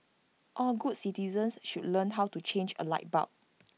all good citizens should learn how to change A light bulb